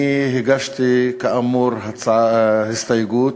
אני הגשתי, כאמור, הסתייגות,